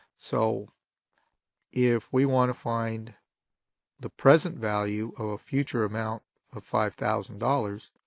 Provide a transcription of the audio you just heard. so if we want to find the present value of a future amount of five thousand dollars,